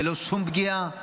ללא שום פגיעה,